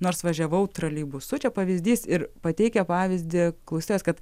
nors važiavau troleibusu čia pavyzdys ir pateikia pavyzdį klausytojos kad